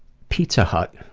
pizza hut